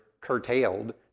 curtailed